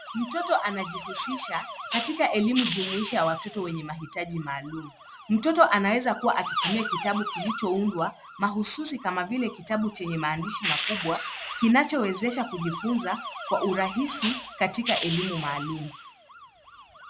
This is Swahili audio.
Mtoto anajihusisha katika elimu jumuisha ya watoto wenye mahitaji maalum. Mtoto anawezakuwa akitumia kitabu kilichoundwa mahususi kama vile kitabu chenye maandishi makubwa kinachowezesha kujifunza kwa urahisi katika elimu maalum.